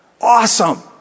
Awesome